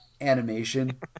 animation